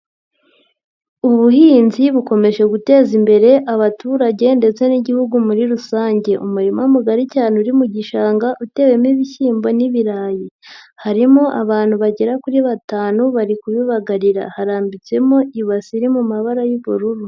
Ubuhinzi bukomeje guteza imbere abaturage ndetse n'Igihugu muri rusange, umurima mugari cyane uri mu gishanga utewemo ibishyimbo n'ibirayi, harimo abantu bagera kuri batanu bari kubibagarira harambitsemo ibase iri mu mabara y'ubururu.